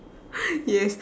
yes